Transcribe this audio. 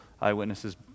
eyewitnesses